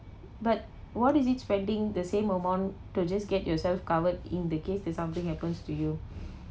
but what is it spending the same amount to just get yourself covered in the case that something happens to you